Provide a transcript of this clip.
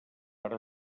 ara